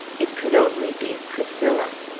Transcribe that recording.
it could only be priscilla.